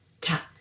Tap